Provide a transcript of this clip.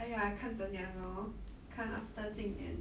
!aiya! 看怎样 lor 看 after 今年